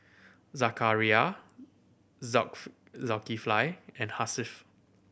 Zakaria Zulkifli and Hasif